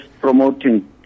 promoting